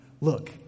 look